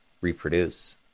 reproduce